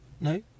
no